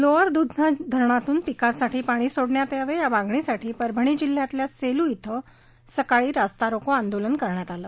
lower Dudhna धरणातून पिकांसाठी पाणी सोडण्यात यावे या मागणीसाठी परभणी जिल्ह्यातल्या सेलू इथे सकाळी रास्तारोको आंदोलन करण्यात आले